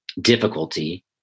difficulty